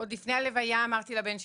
עוד לפני הלוויה אמרתי לבן שלי: